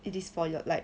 it is for your like